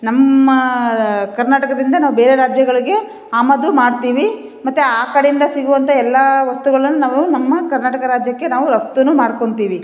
ನಮ್ಮ ಕರ್ನಾಟಕದಿಂದ ನಾವು ಬೇರೆ ರಾಜ್ಯಗಳಿಗೆ ಆಮದು ಮಾಡ್ತೀವಿ ಮತ್ತೆ ಆ ಕಡೆಯಿಂದ ಸಿಗುವಂತ ಎಲ್ಲ ವಸ್ತುಗಳನ್ನು ನಾವು ನಮ್ಮ ಕರ್ನಾಟಕ ರಾಜ್ಯಕ್ಕೆ ನಾವು ರಫ್ತು ಮಾಡ್ಕೊತೀವಿ